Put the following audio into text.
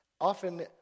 Often